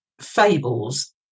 fables